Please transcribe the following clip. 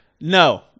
No